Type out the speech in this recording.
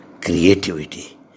creativity